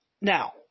Now